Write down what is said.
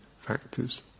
factors